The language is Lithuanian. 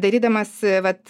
darydamas vat